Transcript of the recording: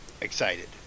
excited